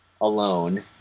alone